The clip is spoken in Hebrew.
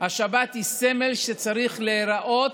השבת היא סמל שצריך להיראות,